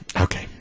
Okay